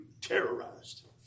terrorized